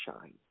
shine